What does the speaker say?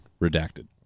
Redacted